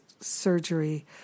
surgery